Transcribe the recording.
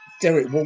Derek